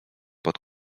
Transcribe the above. pod